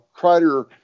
Kreider